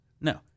No